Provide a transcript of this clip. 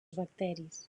bacteris